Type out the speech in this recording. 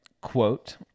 quote